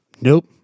nope